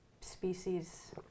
species